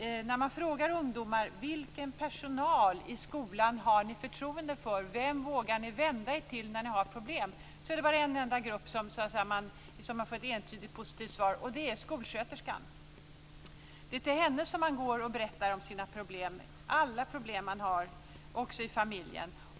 När man frågar ungdomar: Vilken personal i skolan har ni förtroende för? Vem vågar ni vända er till när ni har problem?, är det en enda grupp som man får ett entydigt positivt svar om, och det är skolsköterskan. Det är till henne man går och berättar om alla problem man har, också i familjen.